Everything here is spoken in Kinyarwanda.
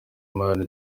imana